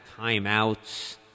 timeouts